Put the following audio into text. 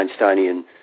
Einsteinian